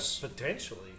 potentially